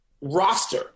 roster